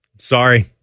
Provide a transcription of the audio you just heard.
Sorry